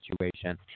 situation